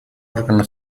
órgano